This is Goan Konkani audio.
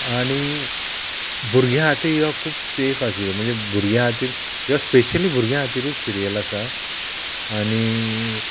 आनी भुरग्यां खातीर ह्यो खूब सेफ हा सी म्हणजे भुरग्यां खातीर ह्यो स्पेशली भुरग्यां खातीरूच सिरियल आसा आनी